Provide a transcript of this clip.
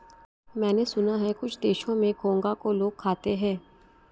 मैंने सुना है कुछ देशों में घोंघा को लोग खाते हैं